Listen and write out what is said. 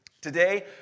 Today